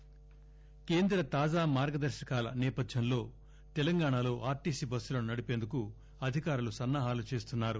TS RTC కేంద్ర తాజా మార్గదర్పకాల నేపథ్యంలో తెలంగాణాలో ఆర్ టి బస్సులను నడిపేందుకు అధికారులు సన్నా హాలు చేస్తున్నారు